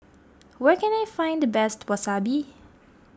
where can I find the best Wasabi